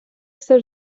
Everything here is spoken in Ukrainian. все